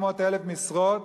700,000 משרות,